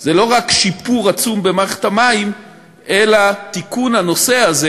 זה לא רק שיפור עצום במערכת המים אלא תיקון הנושא הזה,